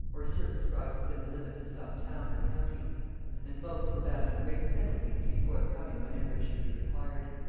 or circumscribed within the limits of some town or county and most were bound in great penalties to be forthcoming whenever it should be required.